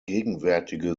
gegenwärtige